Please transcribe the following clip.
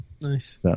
Nice